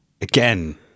again